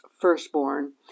firstborn